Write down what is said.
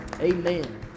Amen